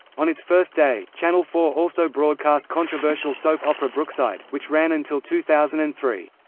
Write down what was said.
on its first day, channel four also broadcast controversial soap opera brookside, which ran until two thousand and three.